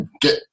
get